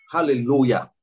Hallelujah